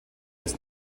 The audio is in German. ist